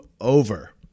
over